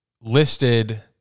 listed